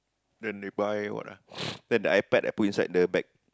then they buy what ah take the iPad and put inside the bag